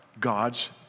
God's